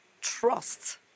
trust